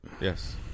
Yes